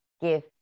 give